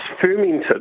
fermented